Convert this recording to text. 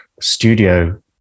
studio